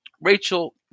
Rachel